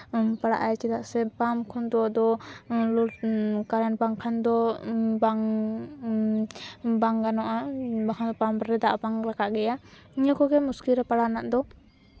ᱯᱟᱲᱟᱜ ᱟᱭ ᱪᱮᱫᱟᱜ ᱥᱮ ᱯᱟᱢᱯ ᱠᱷᱚᱱ ᱫᱚ ᱟᱫᱚ ᱞᱳᱰ ᱠᱟᱨᱮᱱᱴ ᱵᱟᱝᱠᱷᱟᱱ ᱫᱚ ᱟᱫᱚ ᱵᱟᱝ ᱵᱟᱝ ᱜᱟᱱᱚᱜᱼᱟ ᱵᱟᱠᱷᱟᱱ ᱯᱟᱢᱯ ᱨᱮ ᱫᱟᱜ ᱵᱟᱝ ᱨᱟᱠᱟᱵᱽ ᱜᱮᱭᱟ ᱱᱤᱭᱟᱹ ᱠᱚᱜᱮ ᱢᱩᱥᱠᱤᱞ ᱨᱮ ᱯᱟᱲᱟᱣ ᱨᱮᱱᱟᱜ ᱫᱚ